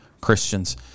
Christians